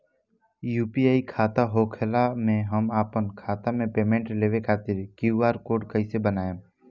UPI खाता होखला मे हम आपन खाता मे पेमेंट लेवे खातिर क्यू.आर कोड कइसे बनाएम?